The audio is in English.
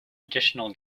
additional